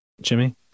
Jimmy